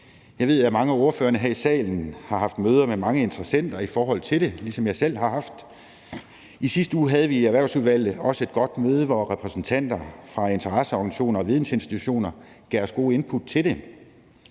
Jeg ved, at mange af ordførerne her i salen har haft møder med mange interessenter i forhold til det, ligesom jeg selv har haft. I sidste uge havde vi også et godt møde i Erhvervsudvalget, hvor repræsentanter fra interesseorganisationer og vidensinstitutioner gav os gode input. Tidligere